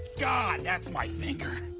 god, that's my finger.